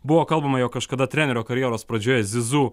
buvo kalbama jog kažkada trenerio karjeros pradžioje zizu